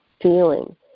feeling